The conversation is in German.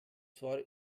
zwar